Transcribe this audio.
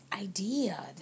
idea